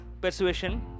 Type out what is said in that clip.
persuasion